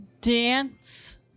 dance